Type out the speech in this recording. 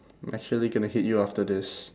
actually gonna hit you after this